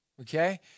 okay